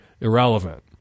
irrelevant